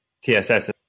TSS